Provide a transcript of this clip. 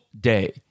day